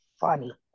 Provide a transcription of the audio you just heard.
funny